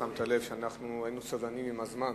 שמת לב שהיינו סבלנים עם הזמן.